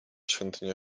świątynię